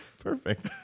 Perfect